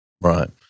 right